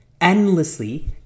endlessly